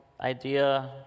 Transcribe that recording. idea